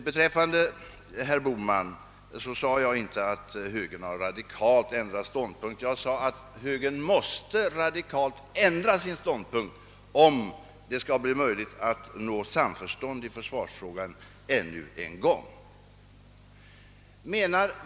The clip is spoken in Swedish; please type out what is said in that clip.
Sedan sade jag inte, herr Bohman, att högern radikalt har ändrat ståndpunkt, utan jag sade att högern måste radikalt ändra ståndpunkt, om det skall bli möjligt att än en gång nå samförstånd i försvarsfrågan.